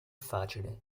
facile